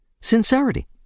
Sincerity